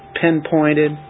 Pinpointed